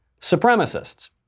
supremacists